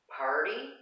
party